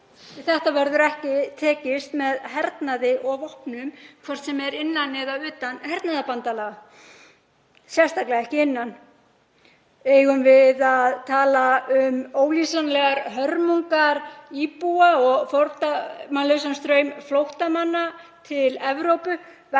Þetta verður ekki tekist á við með hernaði og vopnum, hvort sem er innan eða utan hernaðarbandalaga, sérstaklega ekki innan. Eigum við að tala um ólýsanlegar hörmungar íbúa og fordómalausan straum flóttamanna til Evrópu vegna